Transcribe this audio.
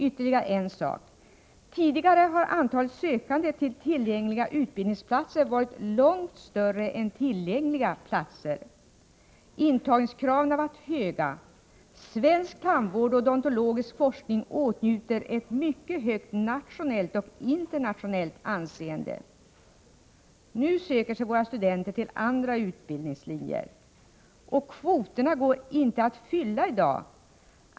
Ytterligare en sak. Tidigare har antalet sökande till tillgängliga utbildningsplatser varit långt större än antalet platser. Antagningskraven har varit höga. Svensk tandvård och odontologisk forskning åtnjuter ett mycket högt nationellt och internationellt anseende. Nu söker sig våra studenter till andra utbildningslinjer, och kvoterna går inte att fylla i dag.